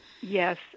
Yes